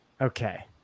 Okay